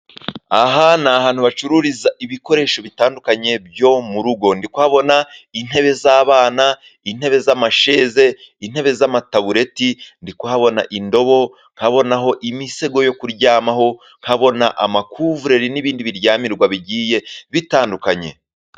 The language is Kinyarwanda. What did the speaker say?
Aha ni ahantu hacururiza ibikoresho bitandukanye byo mu rugo, ndi kuhabona intebe z'abana, intebe z'amasheze, intebe z'amatabureti, ndi kuhabona indobo nkabona imisego yo kuryamaho, nkabona amakuvurori n'ibindi biryamirwa bigiye bitandukanye.